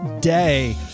day